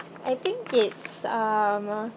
I think it's um uh